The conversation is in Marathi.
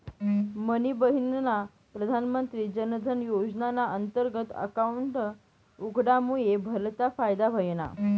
मनी बहिनना प्रधानमंत्री जनधन योजनाना अंतर्गत अकाउंट उघडामुये भलता फायदा व्हयना